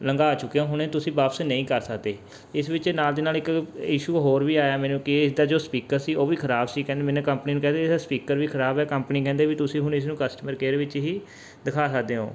ਲੰਘਾ ਚੁੱਕੇ ਹੋ ਹੁਣ ਇਹ ਤੁਸੀਂ ਵਾਪਸ ਨਹੀਂ ਕਰ ਸਕਦੇ ਇਸ ਵਿੱਚ ਨਾਲ ਦੀ ਨਾਲ ਇੱਕ ਇਸ਼ੂ ਹੋਰ ਵੀ ਆਇਆ ਮੈਨੂੰ ਕਿ ਇਸਦਾ ਜੋ ਸਪੀਕਰ ਸੀ ਉਹ ਵੀ ਖਰਾਬ ਸੀ ਕਹਿੰਦੇ ਮੈਨੇ ਕੰਪਨੀ ਨੂੰ ਕਹਿੰਦੇ ਇਹਦਾ ਸਪੀਕਰ ਵੀ ਖਰਾਬ ਹੈ ਕੰਪਨੀ ਕਹਿੰਦੇ ਵੀ ਤੁਸੀਂ ਹੁਣ ਇਸ ਨੂੰ ਕਸਟਮਰ ਕੇਅਰ ਵਿੱਚ ਹੀ ਦਿਖਾ ਸਕਦੇ ਹੋ